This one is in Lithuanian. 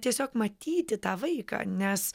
tiesiog matyti tą vaiką nes